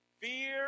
fear